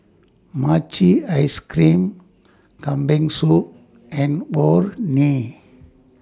Mochi Ice Cream Kambing Soup and Orh Nee